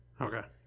Okay